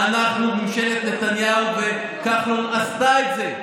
אנחנו, ממשלת נתניהו וכחלון, עשינו את זה.